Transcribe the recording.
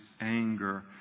anger